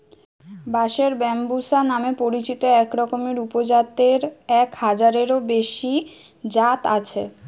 বাঁশের ব্যম্বুসা নামে পরিচিত একরকমের উপজাতের এক হাজারেরও বেশি জাত আছে